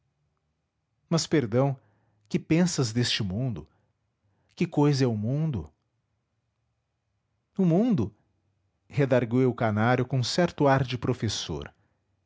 mas perdão que pensas deste mundo que cousa é o mundo o mundo redargüiu o canário com certo ar de professor